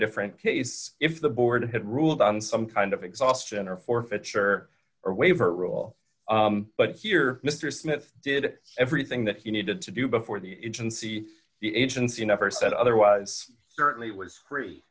different case if the board had ruled on some kind of exhaustion or forfeiture or waiver rule but here mister smith did everything that he needed to do before the engine see the agency never said otherwise certainly was free